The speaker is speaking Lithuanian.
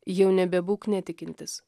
jau nebebūk netikintis